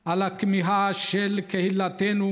על הכמיהה של קהילתנו,